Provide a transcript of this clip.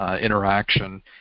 interaction